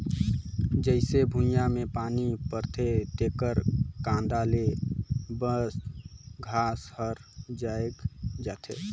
जईसे भुइयां में पानी परथे तेकर कांदा ले बन घास हर जायम जाथे